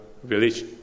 Village